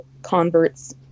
converts